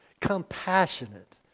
Compassionate